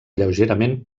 lleugerament